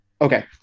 okay